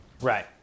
Right